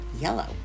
yellow